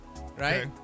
right